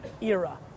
era